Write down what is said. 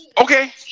Okay